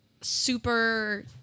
super